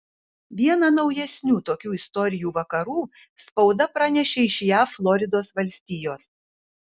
vieną naujesnių tokių istorijų vakarų spauda pranešė iš jav floridos valstijos